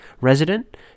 resident